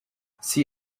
see